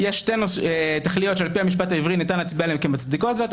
יש שתי תכליות שעל פי המשפט העברי ניתן להצביע עליהן כמצדיקות זאת.